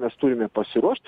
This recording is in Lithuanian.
mes turime pasiruošt